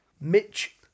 Mitch